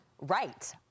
right